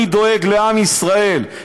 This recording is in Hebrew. אני דואג לעם ישראל.